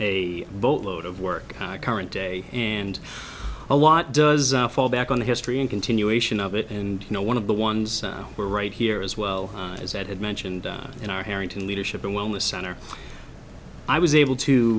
a boatload of work current day and a lot does fall back on the history and continuation of it and you know one of the ones we're right here as well as ed mentioned in our harrington leadership and wellness center i was able to